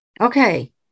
Okay